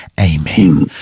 Amen